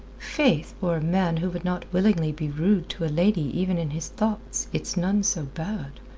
faith! for a man who would not willingly be rude to a lady even in his thoughts, it's none so bad.